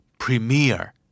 Premier